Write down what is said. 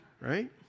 right